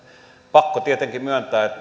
pakko tietenkin myöntää